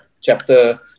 chapter